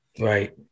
Right